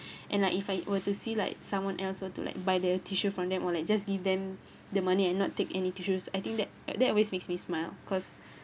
and like if I were to see like someone else were to like buy the tissue from them or like just give them the money and not take any tissues I think that that always makes me smile cause